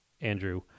Andrew